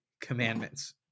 Commandments